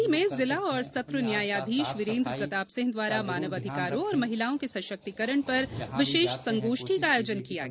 सीधी में जिला एवं सत्र न्यायाधीश वीरेन्द्र प्रताप सिंह द्वारा मानव अधिकारों एवं महिलाओं के सशक्तिकरण पर विशेष संगोष्ठी का आयोजन किया गया